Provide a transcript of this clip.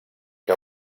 que